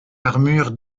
armure